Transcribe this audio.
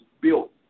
built